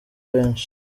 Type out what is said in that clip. benshi